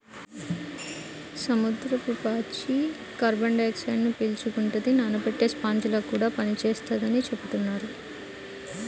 సముద్రపు పాచి కార్బన్ డయాక్సైడ్ను పీల్చుకుంటది, నానబెట్టే స్పాంజిలా కూడా పనిచేత్తదని చెబుతున్నారు